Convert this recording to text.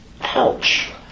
Ouch